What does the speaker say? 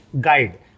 guide